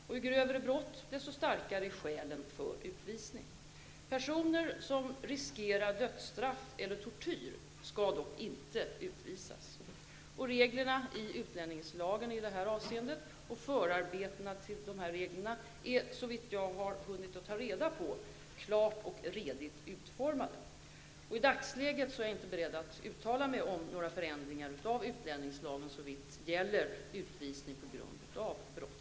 Ju grövre brott desto starkare är skälen för utvisning. Personer som riskerar dödsstraff eller tortyr skall dock inte utvisas. Reglerna i utlänningslagen i det här avseendet och förarbetena till dessa regler är, såvitt jag har hunnit ta reda på, klart och redigt utformade. I dagsläget är jag inte beredd att uttala mig om några förändringar av utlänningslagen såvitt gäller utvisning på grund av brott.